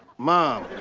mom!